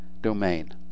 domain